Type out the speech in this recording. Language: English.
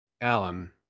Alan